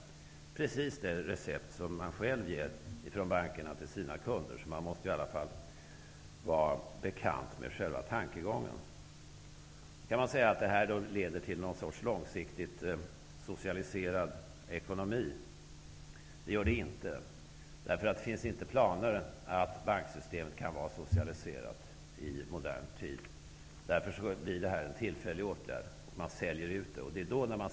Det är precis det recept som bankerna själva ger till sina kunder. De måste därför vara bekanta med själva tankegången. Kan man då säga att detta leder till någon sorts långsiktigt socialiserad ekonomi? Det gör det inte. Det finns inga planer att banksystemet kan vara socialiserat i modern tid. Därför blir det en tillfällig åtgärd att sälja ut bankerna.